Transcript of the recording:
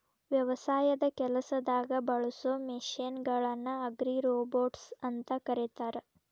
ವ್ಯವಸಾಯದ ಕೆಲಸದಾಗ ಬಳಸೋ ಮಷೇನ್ ಗಳನ್ನ ಅಗ್ರಿರೋಬೊಟ್ಸ್ ಅಂತ ಕರೇತಾರ